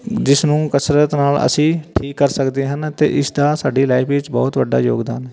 ਜਿਸ ਨੂੰ ਕਸਰਤ ਨਾਲ ਅਸੀਂ ਠੀਕ ਕਰ ਸਕਦੇ ਹਨ ਅਤੇ ਇਸ ਦਾ ਸਾਡੀ ਲਾਈਫ ਵਿੱਚ ਬਹੁਤ ਵੱਡਾ ਯੋਗਦਾਨ ਹੈ